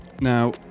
Now